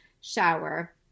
shower